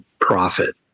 profit